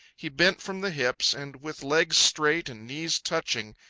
he bent from the hips, and, with legs straight and knees touching,